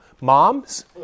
Moms